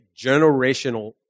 generational